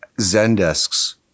Zendesk's